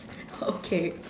okay